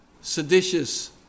seditious